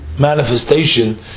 manifestation